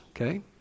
okay